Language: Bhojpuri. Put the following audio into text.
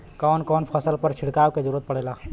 कवन कवन फसल पर छिड़काव के जरूरत पड़ेला?